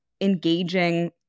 engaging